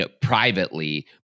privately